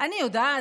אני יודעת?